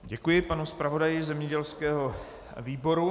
Děkuji panu zpravodaji zemědělského výboru.